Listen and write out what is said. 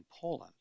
Poland